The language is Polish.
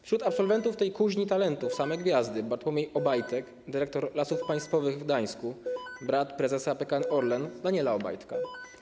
Wśród absolwentów tej kuźni talentów same gwiazdy: Bartłomiej Obajtek, dyrektor Lasów Państwowych w Gdańsku, brat prezesa PKN Orlen Daniela Obajtka.